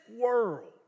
world